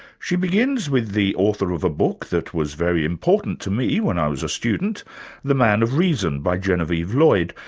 she begins with the author of ah book that was very important to me when i was a student the man of reason by genevieve lloyd,